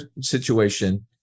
situation